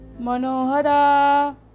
manohara